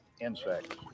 insects